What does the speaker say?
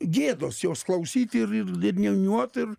gėdos jos klausyt ir ir niūniuot ir